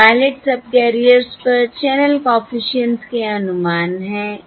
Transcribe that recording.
ये pilot subcarriers पर channel coefficients के अनुमान हैं